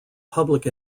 public